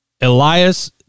Elias